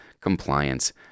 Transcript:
compliance